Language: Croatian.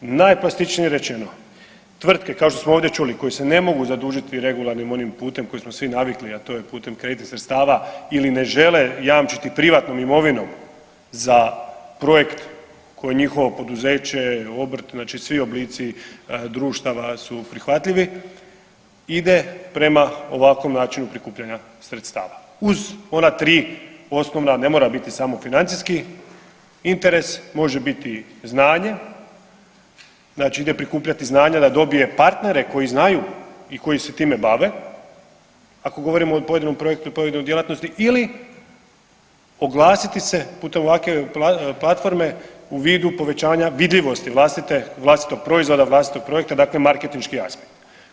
Najplastičnije rečeno, tvrtke kao što smo ovdje čuli koje se ne mogu zadužiti regularnim onim putem koji smo svi navikli, a to je putem kreditnih sredstava ili ne žele jamčiti privatnom imovinom za projekt koji njihovo poduzeće, obrt znači svi oblici društava su prihvatljivi ide prema ovakvom načinu prikupljanja sredstava, uz ona tri osnovna, a ne mora biti samo financijski interes, može biti znanje, znači ide prikupljati znanje da dobije partnere koji znaju i koji se time bave, ako govorimo o pojedinom projektu i pojedinoj djelatnosti ili oglasiti se putem ovakve platforme u vidu povećanja vidljivosti vlastitog proizvoda, vlastitog projekta dakle marketinški aspekt.